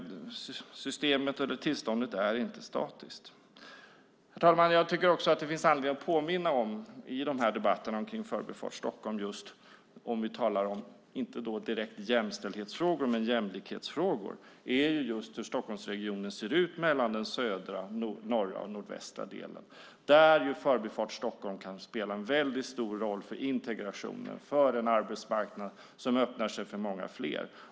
Tillståndet är inte statiskt. Herr talman! Talar vi om jämlikhetsfrågor snarare än jämställdhetsfrågor finns det anledning att i debatterna om Förbifart Stockholm påminna om hur Stockholmsregionen ser ut i den södra, norra och nordvästra delen. Förbifart Stockholm kan spela en stor roll för integrationen och för en arbetsmarknad som öppnar sig för många fler.